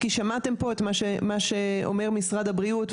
כי שמעתם פה מה שאומר משרד הבריאות,